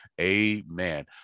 Amen